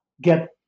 get